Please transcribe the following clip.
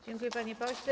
Dziękuję, panie pośle.